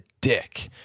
dick